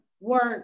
work